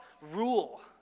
rule